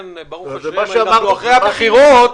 ברוך השם, אנחנו אחרי הבחירות,